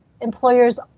employers